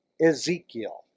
Ezekiel